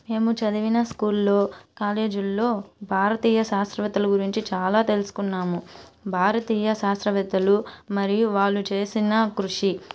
మేము చదివిన స్కూల్లో కాలేజీల్లో భారతీయ శాస్త్రవేత్తల గురించి చాలా తెలుసుకున్నాము భారతీయ శాస్త్రవేత్తలు మరియు వాళ్ళు చేసిన కృషి